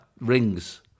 rings